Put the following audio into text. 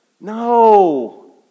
no